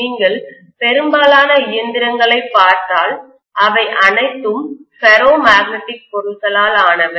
நீங்கள் பெரும்பாலான இயந்திரங்களைப் பார்த்தால் அவை அனைத்தும் ஃபெரோ மேக்னெட்டிக் பொருட்களால் ஆனவை